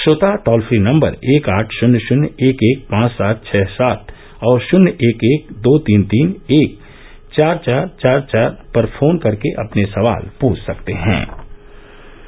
श्रोता toll free number एक आठ शन्य शन्य एक एक पांच सात छः सात और शन्य एक एक दो तीन तीन एक चार चार चार चार पर फोन करके अपने सवाल पुछ सकते हैँ